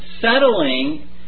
settling